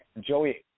Joey